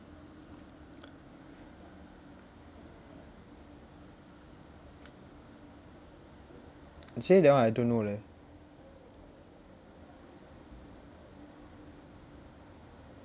is it that one I don't know leh